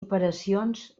operacions